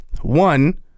one